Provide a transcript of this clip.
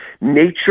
nature